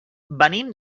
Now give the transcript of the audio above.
venim